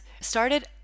started